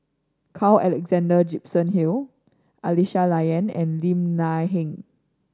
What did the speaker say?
Carl Alexander Gibson Hill Aisyah Lyana and Lim Nang Seng